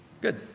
good